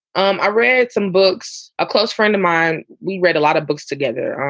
um i read some books, a close friend of mine we read a lot of books together.